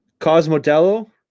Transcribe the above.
cosmodello